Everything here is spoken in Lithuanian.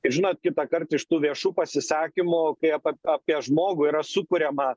ir žinot kitąkart iš tų viešų pasisakymų kai apie žmogų yra sukuriama